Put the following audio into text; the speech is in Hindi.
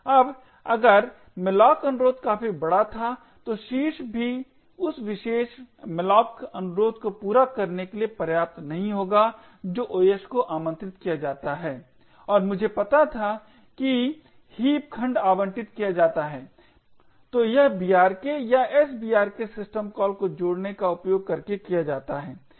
अब अगर malloc अनुरोध काफी बड़ा था तो शीर्ष हिस्सा भी उस विशेष malloc अनुरोध को पूरा करने के लिए पर्याप्त नहीं होगी तो OS को आमंत्रित किया जाता है और मुझे पता था कि हीप खंड आवंटित किया जाता है तो यह brk या sbrk सिस्टम कॉल को जोड़ने का उपयोग करके किया जाता है